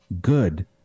good